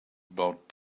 about